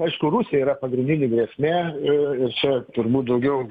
aišku rusija yra pagrindinė grėsmė ir ir čia turbūt daugiau